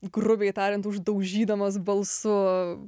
grubiai tariant uždaužydamas balsu